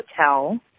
Hotel